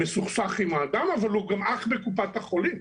שמסוכסך עם האדם אבל הוא גם אח בקופת החולים,